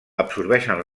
absorbeixen